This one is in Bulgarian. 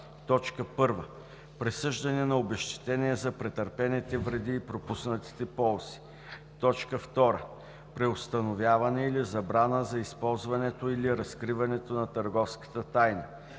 както и за: 1. присъждане на обезщетение за претърпените вреди и пропуснатите ползи; 2. преустановяване или забрана за използването или разкриването на търговската тайна;